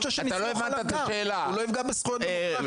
רוצה ש --- הוא לא יפגע בזכויות דמוקרטיות.